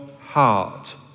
heart